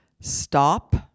Stop